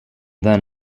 then